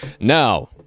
Now